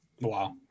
Wow